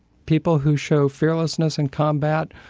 people who show fearlessness in combat,